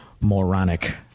moronic